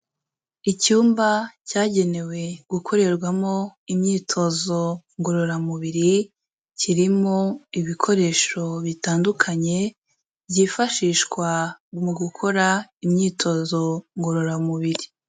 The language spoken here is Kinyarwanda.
Icyumba cyagenewe gukorerwamo imyitozo ngororamubiri, kirimo ibikoresho bitandukanye, byifashishwa mu gukora imyitozo ngororamubiri.